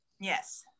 Yes